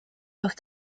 auf